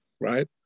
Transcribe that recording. right